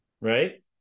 Right